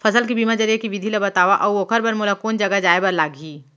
फसल के बीमा जरिए के विधि ला बतावव अऊ ओखर बर मोला कोन जगह जाए बर लागही?